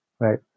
Right